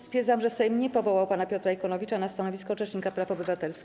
Stwierdzam, że Sejm nie powołał pana Piotra Ikonowicza na stanowisko rzecznika praw obywatelskich.